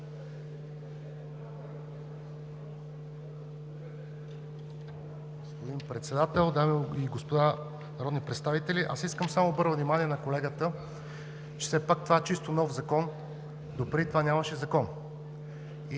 Господин Председател, дами и господа народни представители! Искам само да обърна внимание на колегата, че все пак това е чисто нов закон. Допреди това нямаше закон